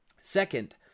Second